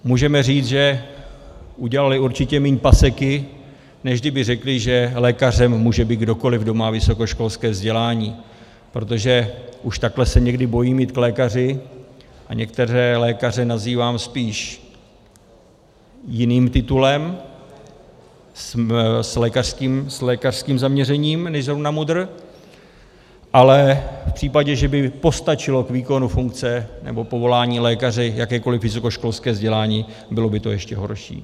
Můžeme říct, že udělali určitě méně paseky, než kdyby řekli, že lékařem může být kdokoliv, kdo má vysokoškolské vzdělání, protože už takhle se někdy bojím jít k lékaři a některé lékaře nazývám spíš jiným titulem se lékařským zaměřením než zrovna MUDr., ale v případě, že by postačilo k výkonu funkce nebo povolání lékaře jakékoliv vysokoškolské vzdělání, bylo by to ještě horší.